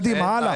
קדימה, הלאה.